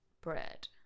Bread